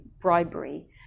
bribery